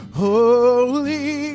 holy